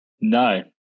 no